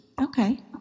Okay